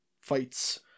fights